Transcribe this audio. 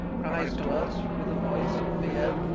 cries to us with a voice of fear,